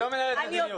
היא לא מנהלת מדיניות,